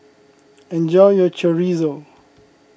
enjoy your Chorizo